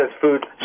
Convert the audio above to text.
food